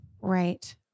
Right